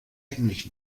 eigentlich